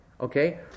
Okay